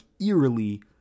eerily